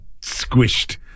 squished